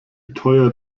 teuer